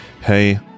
hey